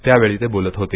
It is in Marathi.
त्यावेळी ते बोलत होते